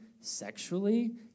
sexually